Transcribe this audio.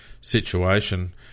situation